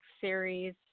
series